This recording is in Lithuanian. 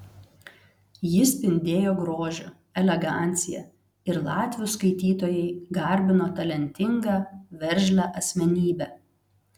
ji spindėjo grožiu elegancija ir latvių skaitytojai garbino talentingą veržlią asmenybę